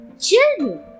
Children